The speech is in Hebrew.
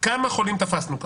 כמה חולים תפסתם כך.